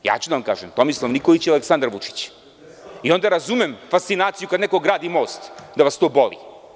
Ja ću da vam kažem, Tomislav Nikolić i Aleksandar Vučić i onda razumem fascinaciju kada neko gradi most da vas to boli.